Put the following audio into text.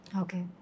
Okay